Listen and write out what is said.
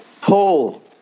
paul